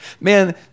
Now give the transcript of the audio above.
man